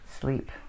sleep